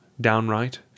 downright